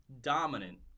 dominant